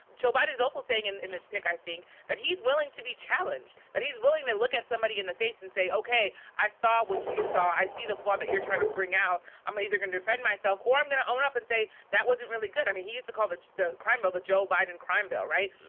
joe biden's also saying and in this pick i think that he's willing to be challenged. that he's willing to look at somebody in the face and say, okay, i saw what you saw. i see the flaw that you're trying to bring out. i'm either gonna defend myself, or i'm gonna own up and say, that wasn't really good. i mean, he used to call the the crime bill, the joe biden crime bill, right?